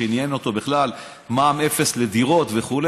שעניין אותו בכלל מע"מ אפס לדירות וכו',